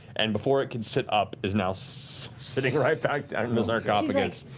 and before it can sit up, is now so sitting right back down in the sarcophagus.